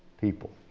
people